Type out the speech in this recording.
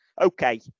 Okay